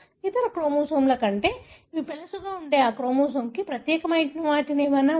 ఇతర క్రోమోజోమ్ల కంటే అవి పెళుసుగా ఉండే ఆ క్రోమోజోమ్కి ప్రత్యేకమైన వాటి ఏదైనా ఉందా